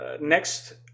Next